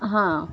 हां